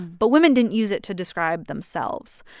but women didn't use it to describe themselves.